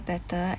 better